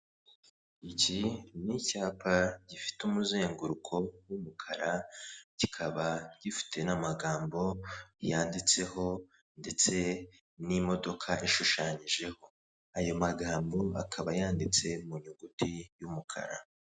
Iki ni icyapa gifite umuzenguruko w'umukara, kikaba gifite n'amagambo yanditseho, ndetse n'imodoka ishushanyijeho. Ayo magambo akaba yanditse mu nyuguti y'umukara.